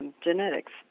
genetics